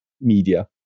media